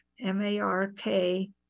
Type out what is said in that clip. M-A-R-K